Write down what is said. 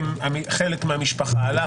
חלק מהמשפחה עלה,